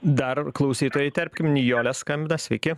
dar klausytoją įterpkim nijolė skambina sveiki